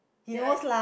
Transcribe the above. ya I